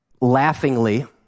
laughingly